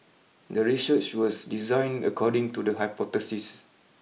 the research was designed according to the hypothesis